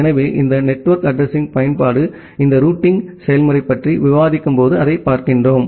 எனவே இந்த நெட்வொர்க் அட்ரஸிங்யின் பயன்பாடு இந்த ரூட்டிங் செயல்முறை பற்றி விவாதிக்கும்போது அதைப் பார்க்கிறோம்